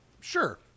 Sure